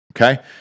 Okay